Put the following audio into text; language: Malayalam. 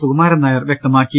സുകുമാരൻ നായർ വ്യക്ത മാക്കി